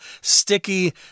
sticky